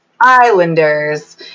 Islanders